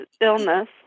illness